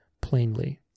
plainly